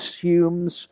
assumes